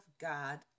God